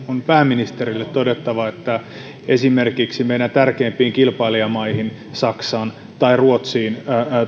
pääministerille todettava että esimerkiksi meidän tärkeimpiin kilpailijamaihimme saksaan tai ruotsiin